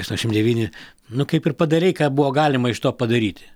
aštuoniasdešim devyni nu kaip ir padarei ką buvo galima iš to padaryti